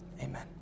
Amen